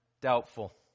Doubtful